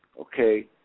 Okay